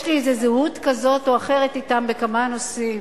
יש לי איזה זהות כזאת או אחרת אתם בכמה נושאים.